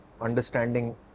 understanding